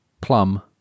Plum